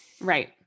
Right